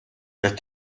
der